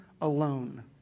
alone